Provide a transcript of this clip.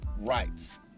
rights